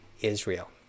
Israel